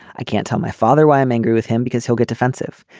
i can't tell my father why i'm angry with him because he'll get defensive.